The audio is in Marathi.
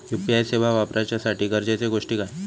यू.पी.आय सेवा वापराच्यासाठी गरजेचे गोष्टी काय?